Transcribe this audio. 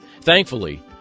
Thankfully